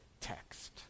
text